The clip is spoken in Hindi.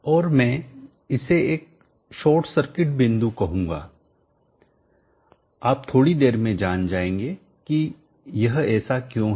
और मैं इसे एक शॉर्ट सर्किट बिंदु कहूंगाआप थोड़ी देर में जान जाएंगे कि यह ऐसा क्यों है